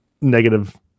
negative